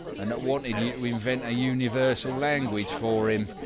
and that wanted you to invent a universal language for him?